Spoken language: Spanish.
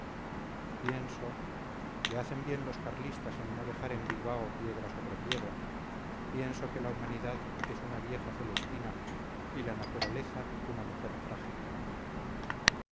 pienso que hacen bien los carlistas en no dejar en bilbao piedra sobre piedra pienso que la humanidad es una vieja celestina y la naturaleza una mujer frágil